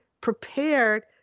prepared